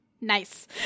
nice